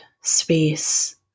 space